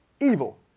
evil